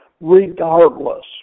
regardless